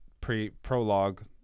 pre-prologue